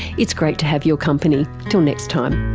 it's great to have your company, till next time